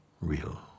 real